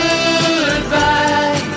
Goodbye